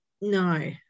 No